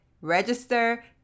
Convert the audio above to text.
register